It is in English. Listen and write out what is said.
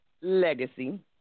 Legacy